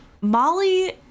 Molly